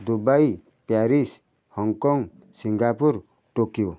Dubai Paris Hong Kong Singapore Tokyo